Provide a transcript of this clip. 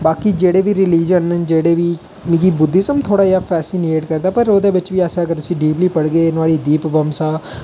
बाकी जेहड़े बी रिलिजन जेहड़े बी मिगी बौद्धीजम थोह्ड़ा जेहा फेसीनेट करदा पर ओहदे बिच बी अगर अस डीपली पढ़गे नुआढ़ी डीप